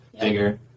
bigger